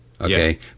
Okay